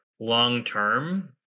long-term